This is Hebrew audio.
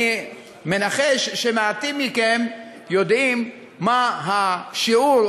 אני מנחש שמעטים מכם יודעים מה השיעור,